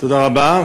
תודה רבה.